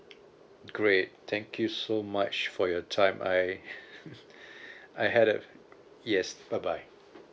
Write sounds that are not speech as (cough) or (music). great thank you so much for your time I (laughs) I had a yes bye bye